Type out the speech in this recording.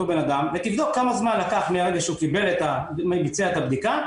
בנאדם ותבדוק כמה זמן לקח מהרגע שהוא ביצע את הבדיקה,